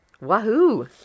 Wahoo